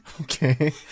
Okay